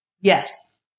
Yes